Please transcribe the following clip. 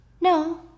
No